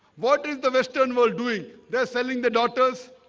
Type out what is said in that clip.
what is the western world doing they are selling the daughters?